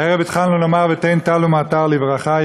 הערב התחלנו לומר "ותן טל ומטר לברכה".